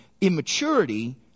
Immaturity